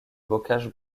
bocage